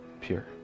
pure